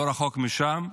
לא רחוק משם.